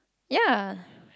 ya